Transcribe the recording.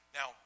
Now